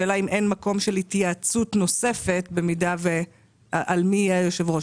השאלה אם אין מקום להתייעצות נוספת על מי יהיה היושב ראש.